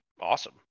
awesome